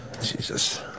Jesus